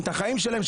את החיים שלהם,